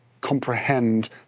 comprehend